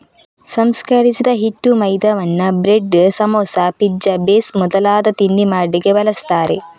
ಸಂಸ್ಕರಿಸಿದ ಹಿಟ್ಟು ಮೈದಾವನ್ನ ಬ್ರೆಡ್, ಸಮೋಸಾ, ಪಿಜ್ಜಾ ಬೇಸ್ ಮೊದಲಾದ ತಿಂಡಿ ಮಾಡ್ಲಿಕ್ಕೆ ಬಳಸ್ತಾರೆ